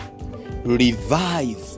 revive